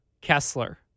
Kessler